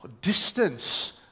distance